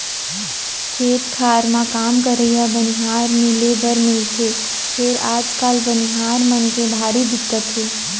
खेत खार म काम करइया बनिहार मिले बर मिलथे फेर आजकाल बनिहार मन के भारी दिक्कत हे